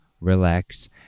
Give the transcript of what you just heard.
relax